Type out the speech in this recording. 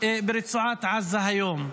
ברצועת עזה היום.